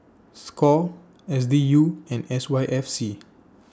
SCORE S D U and S Y F C